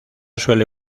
suele